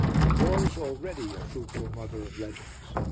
the war is already a fruitful mother of legends.